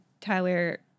Tyler